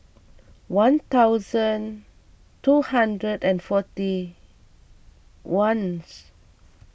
one thousand two hundred and forty one